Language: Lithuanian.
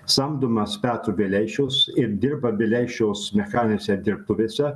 samdomas petro vileišiaus ir dirba vileišiaus mechaninėse dirbtuvėse